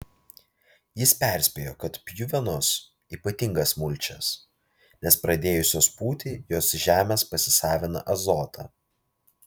jis perspėjo kad pjuvenos ypatingas mulčias nes pradėjusios pūti jos iš žemės pasisavina azotą